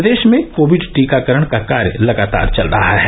प्रदेश में कोविड टीकाकरण का कार्य लगातार चल रहा है